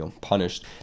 punished